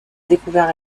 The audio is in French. découvert